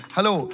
Hello